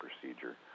procedure